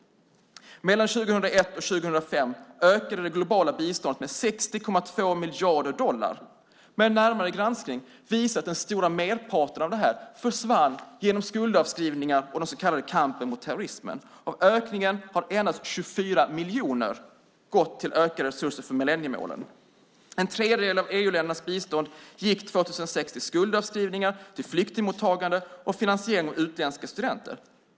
Mellan 2001 och 2005 ökade det globala biståndet med 60,2 miljarder dollar. Men en närmare granskning visar att den stora merparten av det försvann genom skuldavskrivningar och den så kallade kampen mot terrorismen. Av ökningen har endast 24 miljoner gått till ökade resurser för millenniemålen. En tredjedel av EU-ländernas bistånd gick 2006 till skuldavskrivningar, flyktingmottagande och finansiering av utländska studenter.